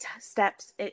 steps